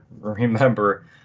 remember